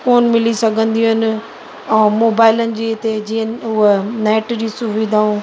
कोन मिली सघंदियूं आहिनि ऐं मोबाइलनि जी तेज़ीअ उहा नैट जी सुविधाऊं